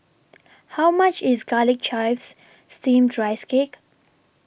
How much IS Garlic Chives Steamed Rice Cake